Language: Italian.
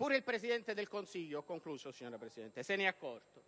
Anche il Presidente del Consiglio se ne è accorto,